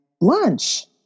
lunch